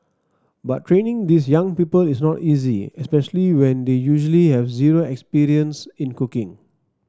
but training these young people is not easy especially when they usually have zero experience in cooking